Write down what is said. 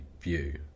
view